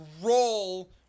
roll